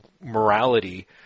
morality